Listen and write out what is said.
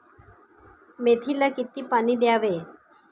मेथीला किती पाणी द्यावे?